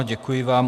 Děkuji vám.